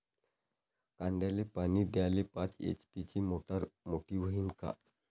कांद्याले पानी द्याले पाच एच.पी ची मोटार मोटी व्हईन का?